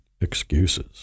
excuses